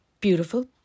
beautiful